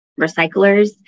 recyclers